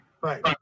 Right